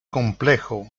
complejo